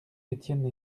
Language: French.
etienne